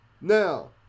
Now